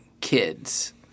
kids